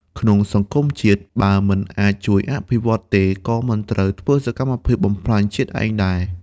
ក្នុងសង្គមជាតិ បើមិនអាចជួយអភិវឌ្ឍទេ ក៏មិនត្រូវធ្វើសកម្មភាពបំផ្លាញជាតិឯងដែរ។